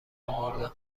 اوردم